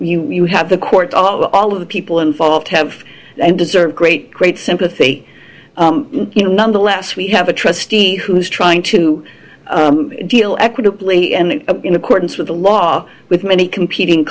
know you have the court all all of the people involved have and deserve great great sympathy you know nonetheless we have a trustee who's trying to deal equitably and in accordance with the law with many competing